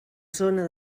zona